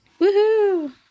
Woohoo